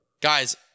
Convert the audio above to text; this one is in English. Guys